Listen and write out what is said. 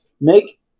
make